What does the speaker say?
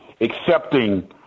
accepting